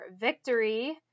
victory